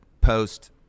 post